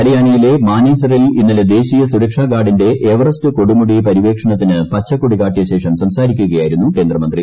ഹരിയാനയിലെ മാനേസറിൽ ഇന്നലെ ദേശീയ സുരക്ഷാ ഗാർഡിന്റെ എവറസ്റ്റ് കൊടുമുടി പര്യവേക്ഷണത്തിന് പച്ചക്കൊടി കാട്ടിയശേഷം സംസാരിക്കുകയായിരുന്നു കേന്ദ്രമന്ത്രി